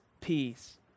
peace